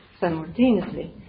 Simultaneously